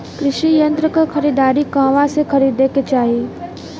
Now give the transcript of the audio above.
कृषि यंत्र क खरीदारी कहवा से खरीदे के चाही?